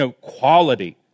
quality